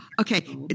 Okay